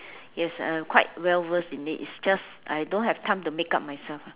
yes I'm quite well versed in it it's just I don't have time to makeup myself